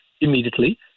immediately